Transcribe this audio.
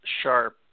sharp